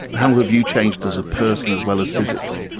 how have you changed as a person as well as physically?